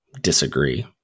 Disagree